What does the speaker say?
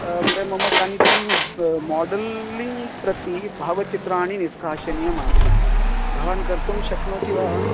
मया मम कानिचन मोडल्लिङ्ग् प्रति भावचित्राणि निष्काषनीयमासीत् भवान् कर्तुं शक्नोति वा